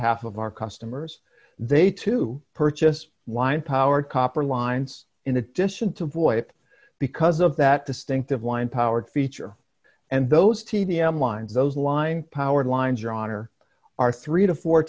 half of our customers they to purchase wind powered copper lines in addition to avoid it because of that distinctive wind powered feature and those t d m lines those line power lines drawn or are three